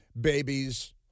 babies